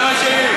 זה מה שיש.